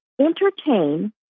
entertain